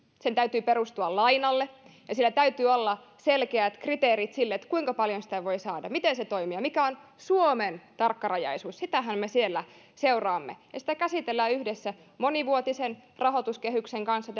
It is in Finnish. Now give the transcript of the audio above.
sen täytyy perustua lainalle ja siellä täytyy olla selkeät kriteerit sille kuinka paljon sitä voi saada miten se toimii ja mikä on suomen tarkkarajaisuus sitähän me siellä seuraamme sitä käsitellään yhdessä monivuotisen rahoituskehyksen kanssa